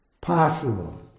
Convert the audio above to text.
possible